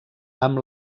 amb